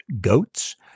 goats